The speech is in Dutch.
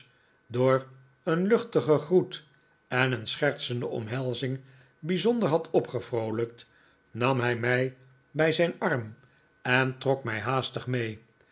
door een luchtigen groet en een schertsende omhelzing bijzonder had opgevroolijkt nam hij mij bij mijn arm en trok mij haastig mee